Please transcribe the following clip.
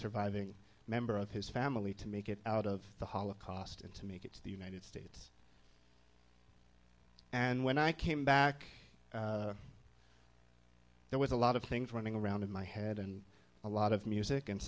surviving member of his family to make it out of the holocaust and to make it to the united states and when i came back there was a lot of things running around in my head and a lot of music and